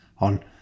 on